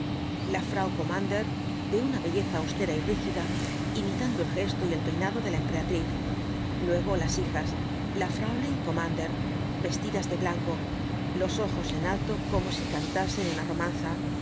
la frati kommandeur de una belleza austera y rígida imitando el gesto y el peinado de la emperatriz luego las hijas las fraulin kommandeur vestidas de blanco los ojos en alto como si cantasen una romanza